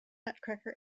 nutcracker